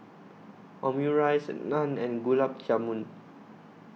Omurice Naan and Gulab Jamun